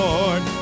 Lord